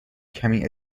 کمی